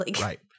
Right